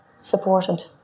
supported